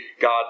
God